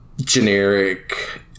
generic